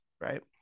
Right